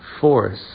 force